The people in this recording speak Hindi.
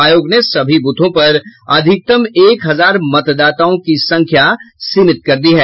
आयोग ने सभी ब्रथों पर अधिकतम एक हजार मतदाताओं की संख्या सीमित कर दी है